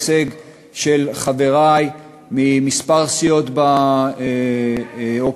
הישג של חברי מכמה סיעות באופוזיציה,